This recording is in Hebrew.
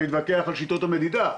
אפשר להתווכח על שיטות המדידה,